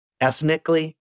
ethnically